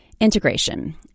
Integration